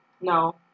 No